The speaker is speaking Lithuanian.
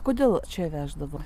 kodėl čia veždavo